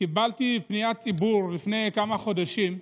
קיבלתי פניית ציבור לפני כמה חודשים,